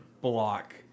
block